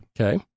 okay